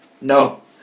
No